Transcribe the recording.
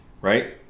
right